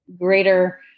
greater